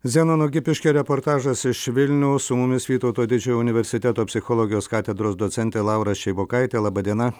zenono gipiškio reportažas iš vilniaus su mumis vytauto didžiojo universiteto psichologijos katedros docentė laura šeibokaitė laba diena